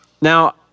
Now